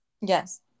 Yes